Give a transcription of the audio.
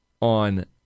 on